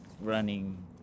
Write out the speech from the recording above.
running